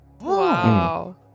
Wow